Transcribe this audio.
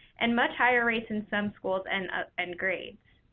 and much higher rates in some schools and ah and grades.